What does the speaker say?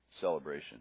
celebration